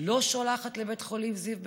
לא שולחת לבית חולים זיו בצפת,